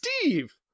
steve